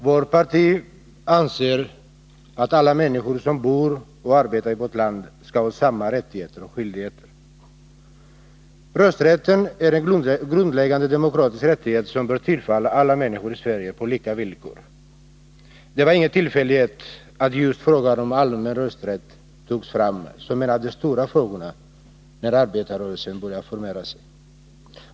Herr talman! Vårt parti anser att alla människor som bor och arbetar här i landet skall ha samma rättigheter och skyldigheter. Rösträtten är en grundläggande demokratisk rättighet som bör tillfalla alla människor i Sverige på lika villkor. Det var ingen tillfällighet att just frågan om allmän rösträtt togs fram som en av de stora frågorna när arbetarrörelsen började formera sig.